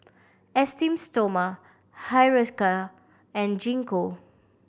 Esteem Stoma Hiruscar and Gingko